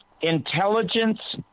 intelligence